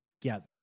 together